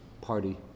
party